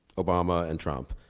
obama and trump.